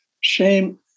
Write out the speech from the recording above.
Shame